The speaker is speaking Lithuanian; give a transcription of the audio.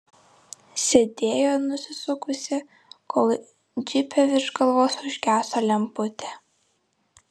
sėdėjo nusisukusi kol džipe virš galvos užgeso lemputė